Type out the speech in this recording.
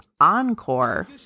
Encore